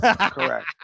Correct